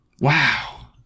Wow